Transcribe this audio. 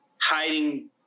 hiding